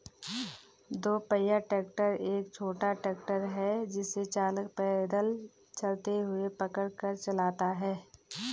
दो पहिया ट्रैक्टर एक छोटा ट्रैक्टर है जिसे चालक पैदल चलते हुए पकड़ कर चलाता है